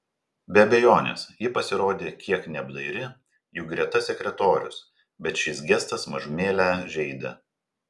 be abejonės ji pasirodė kiek neapdairi juk greta sekretorius bet šis gestas mažumėlę žeidė